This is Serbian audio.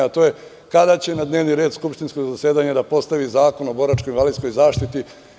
Ono glasi – kada će na dnevni red skupštinskog zasedanja da postavi zakon o boračko-invalidskoj zaštiti?